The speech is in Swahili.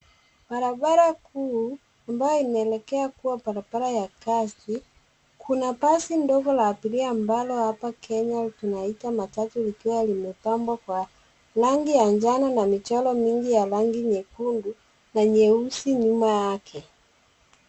Barabara kuu ambayo inaelekea kuwa barabara ya kazi. Kuna basi ndogo la abiria ambalo hapa Kenya linaitwa matatu likiwa limepambwa kwa rangi ya njano na michoro mingi ya rangi nyekundu na nyeusi nyuma yake.